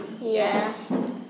Yes